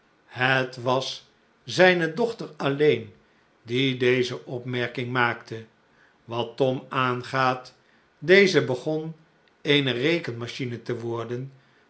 het was zijne dochter alleen die deze opmerking maakte wat tom aangaat deze begon eene rekenmachine te worden